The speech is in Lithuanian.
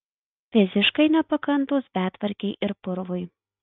fiziškai nepakantūs betvarkei ir purvui